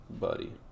buddy